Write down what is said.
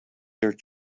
their